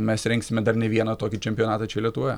mes rengsime dar ne vieną tokį čempionatą čia lietuvoje